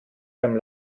beim